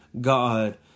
God